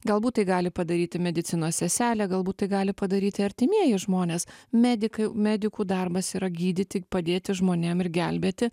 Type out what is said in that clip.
galbūt tai gali padaryti medicinos seselė galbūt tai gali padaryti artimieji žmonės medikai medikų darbas yra gydyti padėti žmonėm ir gelbėti